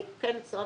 גם אני.